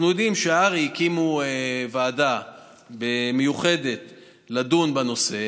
אנחנו יודעים שהר"י הקימו ועדה מיוחדת לדון בנושא.